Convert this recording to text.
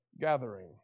gathering